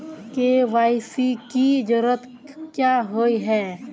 KYC की जरूरत क्याँ होय है?